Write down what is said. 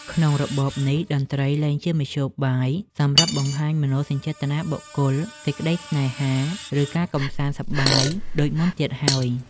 ក្នុងរបបនេះ តន្ត្រីលែងជាមធ្យោបាយសម្រាប់បង្ហាញពីមនោសញ្ចេតនាបុគ្គល សេចក្តីស្នេហា ឬការកម្សាន្តសប្បាយដូចមុនទៀតហើយ។